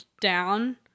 down